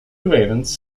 ravens